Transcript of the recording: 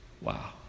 Wow